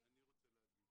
אני רוצה להגיב.